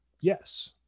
Yes